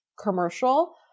commercial